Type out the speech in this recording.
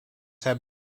have